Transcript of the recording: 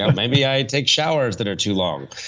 ah maybe i take showers that are too long.